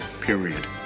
period